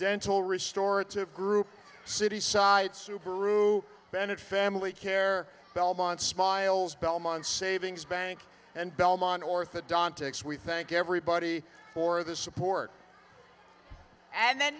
dental restorative group city side supergroup bennett family care belmont smiles belmont savings bank and belmont orthodontics we thank everybody for the support and then